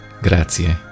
Grazie